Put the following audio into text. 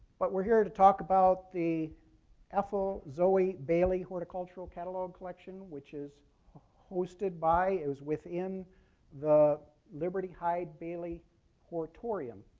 but we're here to talk about the ethel zoe bailey horticultural catalog collection, which is hosted by it was within the liberty hyde bailey horitorium.